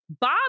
Bob